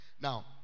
Now